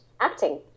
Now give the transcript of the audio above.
acting